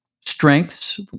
strengths